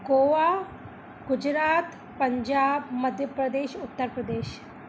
Goa Gujarat Punjab Madhya Pradesh Uttar Pradesh